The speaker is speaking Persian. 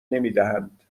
نمیدهند